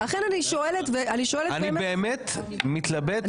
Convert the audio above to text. אני באמת מתלבט,